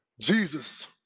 Jesus